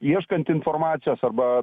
ieškant informacijos arba